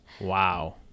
Wow